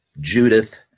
Judith